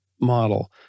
model